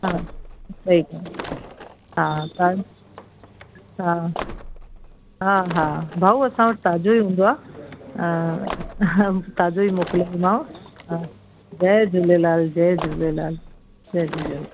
हा वेई हा हा हा हा भाऊ असां वटि ताज़ो ई हूंदो आहे ताज़ो ई मोकलींदीमांव हा जय झूलेलाल जय झूलेलाल जय झूलेलाल